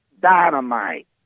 dynamite